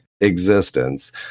existence